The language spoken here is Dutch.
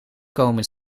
komen